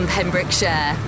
Pembrokeshire